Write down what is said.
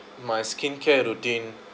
my skincare routine